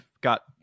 got